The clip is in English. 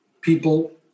people